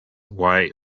why